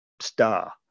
star